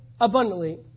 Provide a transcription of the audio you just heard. abundantly